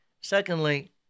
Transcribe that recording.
Secondly